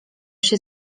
się